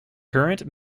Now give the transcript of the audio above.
current